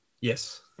Yes